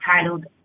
titled